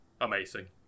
amazing